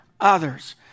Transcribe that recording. others